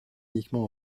uniquement